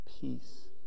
peace